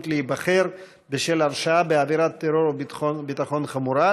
להיבחר בשל הרשעה בעבירת טרור או ביטחון חמורה),